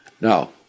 Now